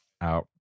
out